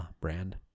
brand